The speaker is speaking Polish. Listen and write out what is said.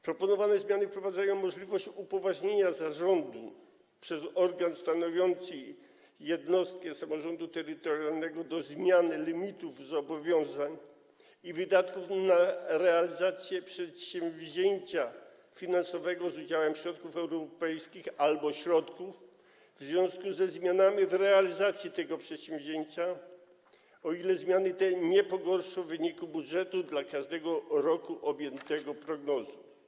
Proponowane zmiany wprowadzają możliwość upoważnienia zarządu przez organ stanowiący jednostkę samorządu terytorialnego do zmiany limitów zobowiązań i wydatków na realizację przedsięwzięcia finansowanego z udziałem środków europejskich albo innych środków w związku ze zmianami w realizacji tego przedsięwzięcia, o ile zmiany te nie pogorszą wyniku budżetu dla każdego roku objętego prognozą.